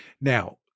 Now